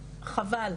חבל,